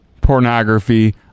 pornography